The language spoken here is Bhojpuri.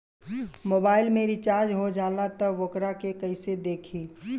मोबाइल में रिचार्ज हो जाला त वोकरा के कइसे देखी?